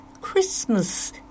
Christmas